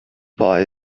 pie